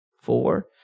four